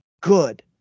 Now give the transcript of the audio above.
good